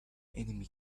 enemy